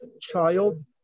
child